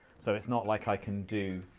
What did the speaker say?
so it's not like i can do.